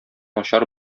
начар